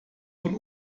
von